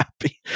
happy